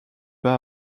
pas